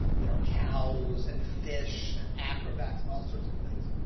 there are cows and fish and acrobats and all sorts of things.